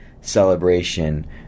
celebration